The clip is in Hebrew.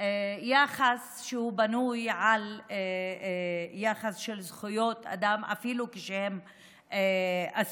יחס שבנוי על יחס של זכויות אדם אפילו כשהם אסירים.